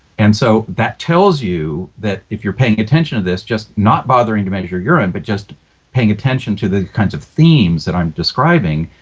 and so that tells you that if you're paying attention to this, just not bothering to measure your urine but paying attention to the kinds of things that i'm describing,